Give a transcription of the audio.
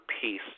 peace